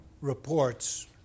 reports